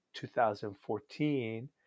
2014